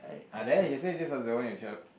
ah there yesterday this was the one you show